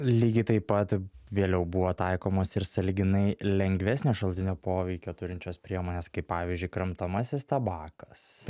lygiai taip pat vėliau buvo taikomos ir sąlyginai lengvesnio šalutinio poveikio turinčios priemonės kaip pavyzdžiui kramtomasis tabakas